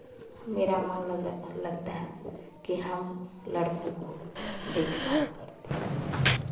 मेरा मन लग रहा लगता है कि हम लड़कों को देख भाल करती हूँ